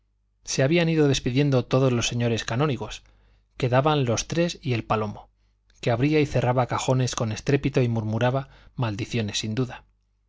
se habían ido despidiendo todos los señores canónigos quedaban los tres y el palomo que abría y cerraba cajones con estrépito y murmuraba maldiciones sin duda